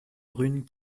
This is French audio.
brune